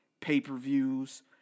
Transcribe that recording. pay-per-views